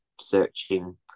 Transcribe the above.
searching